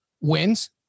wins